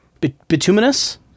Bituminous